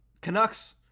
Canucks